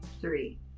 Three